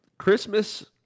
Christmas